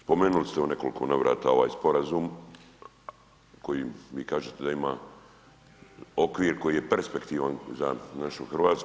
Spomenuli ste u nekoliko navrata ovaj Sporazum kojem vi kažete da ima okvir koji je perspektivan za našu Hrvatsku.